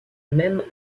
même